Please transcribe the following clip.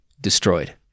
destroyed